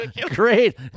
Great